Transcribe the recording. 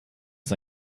ist